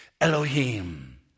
Elohim